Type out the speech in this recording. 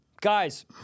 Guys